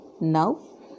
now